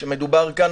מדובר על